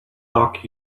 luck